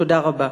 תודה רבה.